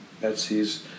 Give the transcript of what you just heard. Betsy's